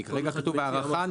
כי כרגע כתוב: "הארחה,